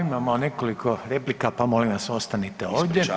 Imamo nekoliko replika, pa molim vas ostanite ovdje.